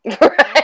Right